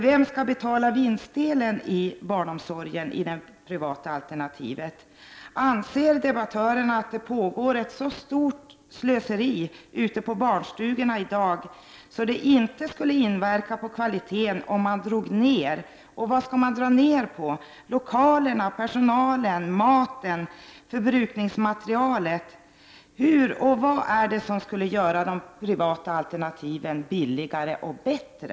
Vem skall betala vinstdelen i barnomsorgen i det privata alternativet? Anser debattörerna att det pågår ett så stort slöseri ute i barnstugorna i dag, att det inte skulle inverka på kvaliteten om man gör neddragningar? Vad skall man dra ner på, lokalerna, personalen, maten eller förbrukningsmaterialet? Vad är det som skulle göra de privata alternativen billigare och bättre?